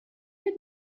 had